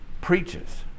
preaches